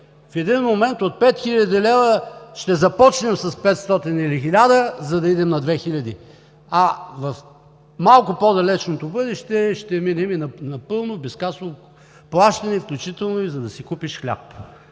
в един момент от 5000 лв. ще започнем с 500 или с 1000 лв., за да отидем на 2000 лв. А в малко по-далечното бъдеще ще минем и към напълно безкасово плащане, включително за да си купиш хляб.